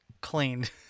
cleaned